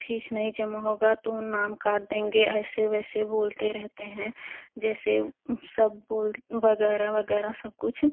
fees नहीं जमा होगी तो नाम काट देंगे ऐसे वैसे बोलते रहते हैं जैसे सब बोल वग़ैरह वग़ैरह सब कुछ